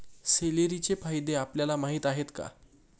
सेलेरीचे फायदे आपल्याला माहीत आहेत का?